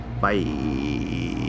Bye